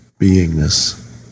beingness